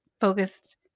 focused